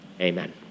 amen